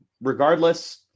Regardless